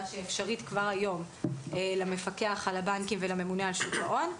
שאפשרית כבר היום למפקח על הבנקים ולממונה על שוק ההון,